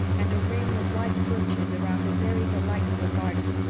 and a ring of white birches around a very delightful garden.